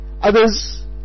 Others